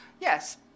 yes